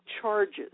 charges